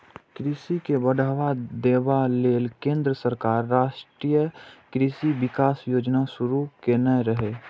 कृषि के बढ़ावा देबा लेल केंद्र सरकार राष्ट्रीय कृषि विकास योजना शुरू केने रहै